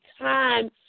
time